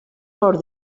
for